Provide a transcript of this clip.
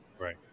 Right